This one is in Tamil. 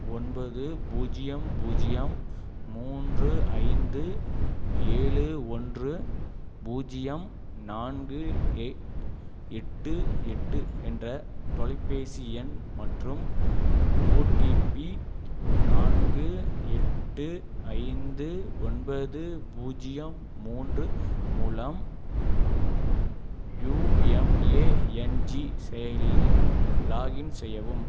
ஒன்பது பூஜ்ஜியம் பூஜ்ஜியம் மூன்று ஐந்து ஏழு ஒன்று பூஜ்ஜியம் நான்கு எட்டு எட்டு என்ற தொலைப்பேசி எண் மற்றும் ஓடிபி நான்கு எட்டு ஐந்து ஒன்பது பூஜ்ஜியம் மூன்று மூலம் யுஎம்ஏஎம்ஜி செயலியில் லாகின் செய்யவும்